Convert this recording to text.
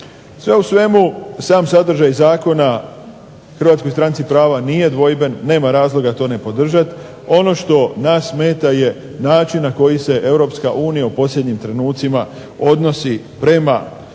Sve u svemu sam sadržaj zakona Hrvatskoj stranci prava nije dvojben, nema razloga to ne podržat, ono što nas smeta je način na koji se Europska unija u posljednjim trenucima odnosi prema i